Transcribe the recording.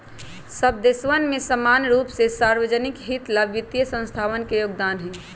सब देशवन में समान रूप से सार्वज्निक हित ला वित्तीय संस्थावन के योगदान हई